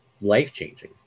life-changing